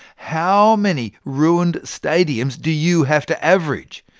how many ruined stadiums do you have to average?